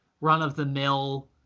run-of-the-mill